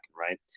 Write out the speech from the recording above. right